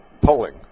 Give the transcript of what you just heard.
polling